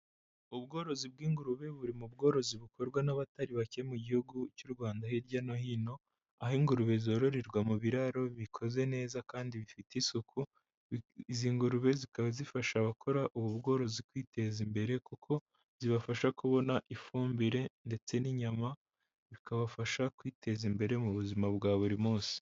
Ubworozi bw'ingurube buri mu bworozi bukorwa n'abatari bake mu gihugu cy'u Rwanda hirya no hino, aho ingurube zororerwa mu biraro bikoze neza kandi bifite isuku, izi ngurube zikaba zifasha abakora ubu bworozi kwiteza imbere, kuko zibafasha kubona ifumbire ndetse n'inyama, bikabafasha kwiteza imbere mu buzima bwa buri munsi.